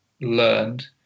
learned